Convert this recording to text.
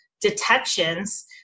detections